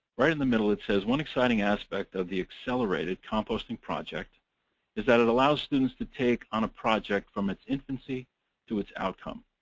right in the middle it says, one exciting aspect of the accelerated composting project is that it allows students to take on a project from its infancy to its outcome.